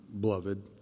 beloved